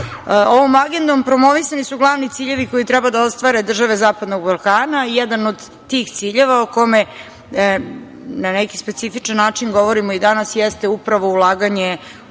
Ovom agendom promovisani su glavni ciljevi koji treba da ostvare države zapadnog Balkana. Jedan od tih ciljeva o kome, na neki specifičan način govorimo i danas, jeste upravo ulaganje